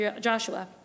Joshua